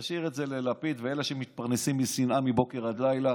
תשאיר את זה ללפיד ולאלה שמתפרנסים משנאה מבוקר עד לילה